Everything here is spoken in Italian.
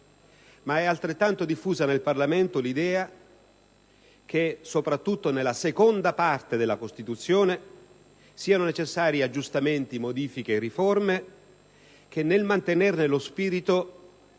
ma è altrettanto diffusa nel Parlamento l'idea che, soprattutto nella seconda parte della Costituzione, siano necessari aggiustamenti, modifiche e riforme che, nel mantenerne lo spirito,